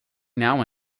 now